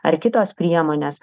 ar kitos priemonės